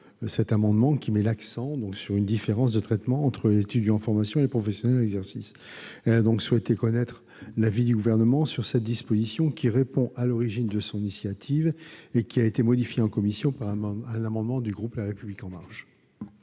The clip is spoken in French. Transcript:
786 rectifié , qui met l'accent sur une différence de traitement entre les étudiants en formation et les professionnels en exercice. Elle souhaite connaître l'avis du Gouvernement sur cette disposition, qui relève, à l'origine, de son initiative et a été modifiée en commission par un amendement du groupe La République En Marche.